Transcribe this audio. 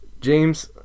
James